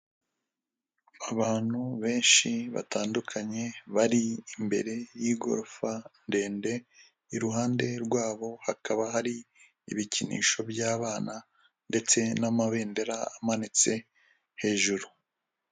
Abantu benshi batandukanye bari imbere y'igorofa ndende, iruhande rwabo hakaba hari ibikinisho by'abana ndetse n'amabendera amanitse hejuru.